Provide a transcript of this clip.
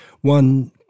One